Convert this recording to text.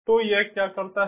तो यह क्या करता है